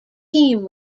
team